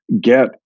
get